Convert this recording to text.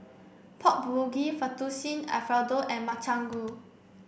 Pork Bulgogi Fettuccine Alfredo and Makchang Gui